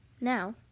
Now